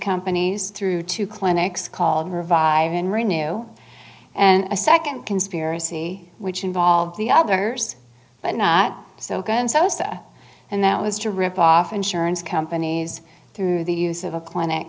companies through two clinics called revive and renew and a second conspiracy which involved the others but not so good sosa and that was to rip off insurance companies through the use of a clinic